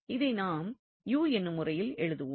இதை நாம் 𝑢 என்னும் முறையில் எழுதுவோம்